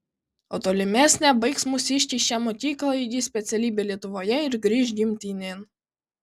o tolimesnė baigs mūsiškiai šią mokyklą įgis specialybę lietuvoje ir grįš gimtinėn